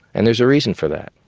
and there's a reason for that.